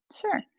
Sure